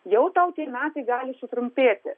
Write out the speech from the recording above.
jau tau tie metai gali sutrumpėti